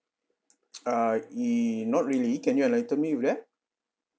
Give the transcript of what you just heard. err e~ not really can you enlighten me with that